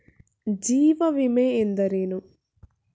ಜೀವ ವಿಮೆ ಎಂದರೇನು?